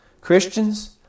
Christians